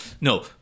no